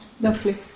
Lovely